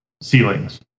Ceilings